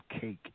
cake